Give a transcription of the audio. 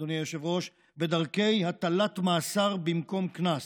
אדוני היושב-ראש, בדרכי הטלת מאסר במקום קנס.